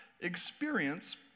experience